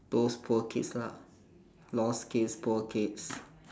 those poor kids lah lost kids poor kids